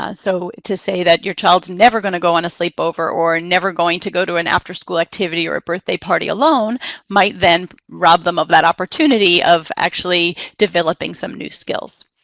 ah so to say that your child's never going to go on a sleep over or never going to go to an afterschool activity or a birthday party alone might then rob them of that opportunity of actually developing some new skills.